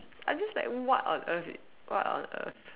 I'm just like what on earth what on earth